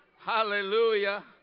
Hallelujah